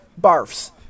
barfs